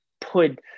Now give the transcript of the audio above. put